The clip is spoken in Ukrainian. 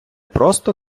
просто